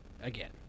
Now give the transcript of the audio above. Again